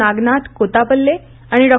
नागनाथ कोतापल्ले आणि डॉ